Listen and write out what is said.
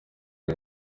uyu